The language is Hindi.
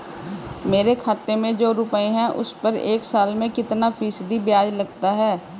मेरे खाते में जो रुपये हैं उस पर एक साल में कितना फ़ीसदी ब्याज लगता है?